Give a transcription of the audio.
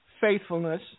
faithfulness